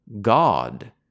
God